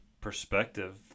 perspective